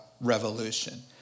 Revolution